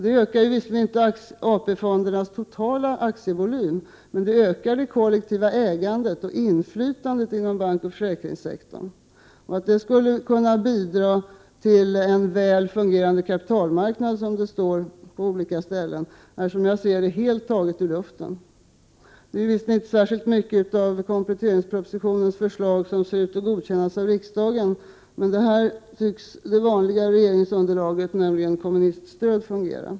Det ökar visserligen inte AP-fondernas totala aktievolym, men det ökar det kollektiva ägandet och inflytandet inom bankoch försäkringssektorn. Att det skulle kunna bidra till en väl fungerande kapitalmarknad, som det står på olika ställen, är som jag ser det helt taget ur luften. Nu är det visserligen inte särskilt mycket av kompletteringspropositionens förslag som ser ut att godkännas av riksdagen, men med det vanliga regeringsunderlaget, dvs. med kommuniststöd, tycks det här fungera.